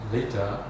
Later